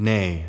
Nay